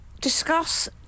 discuss